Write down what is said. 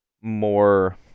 more